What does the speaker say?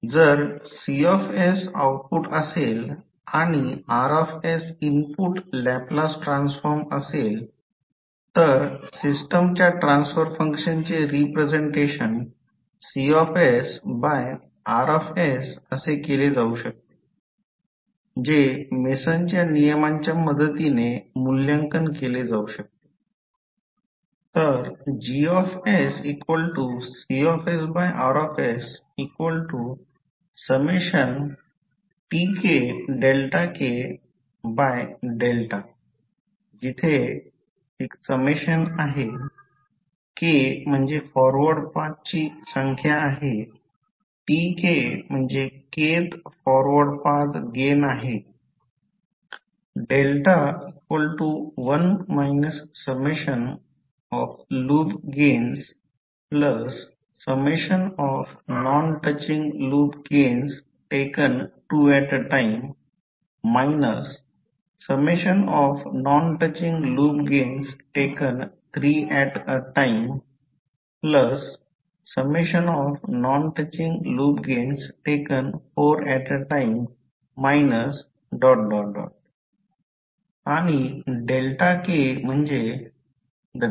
जर C output असेल आणि R इनपुट लॅपलास ट्रान्सफॉर्म असेल तर सिस्टमच्या ट्रान्सफर फंक्शनचे रिप्रेझेंटेशन CR असे केले जाऊ शकते जे मेसनच्या नियमांच्या मदतीने मूल्यांकन केले जाऊ शकते GCRkTkk जेथे ∑ समेशन k फॉरवर्ड पाथची संख्या Tk kth forward path gain 1 loopgainsnontouchingloopgainstakentwoatatime nontouchingloopgainstakenthreeatatime nontouchingloopgainstakenfouratatime